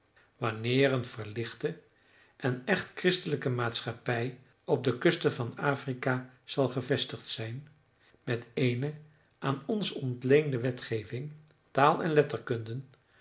wanneer een verlichte en echt christelijke maatschappij op de kusten van afrika zal gevestigd zijn met eene aan ons ontleende wetgeving taal en letterkunde